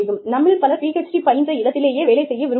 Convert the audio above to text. நம்மில் பலர் PhD பயின்ற இடத்திலேயே வேலை செய்ய விரும்புவோம்